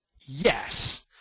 yes